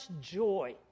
joy